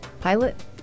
pilot